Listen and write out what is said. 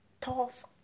tough